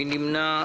מי נמנע?